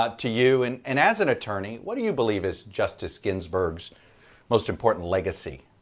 ah to you and and as an attorney, what do you believe is justice ginsburgs most important legacy